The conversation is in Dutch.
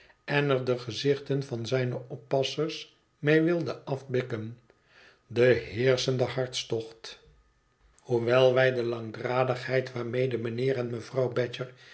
en er de gezichten van zijne oppassers mee wilde af bikken de heerschende hartstocht i hoewel wij de langdradigheid waarmede mijnheer en mevrouw badger